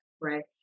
right